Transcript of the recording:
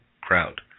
crowd